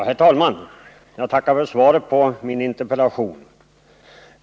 Herr talman! Jag tackar för svaret på min interpellation.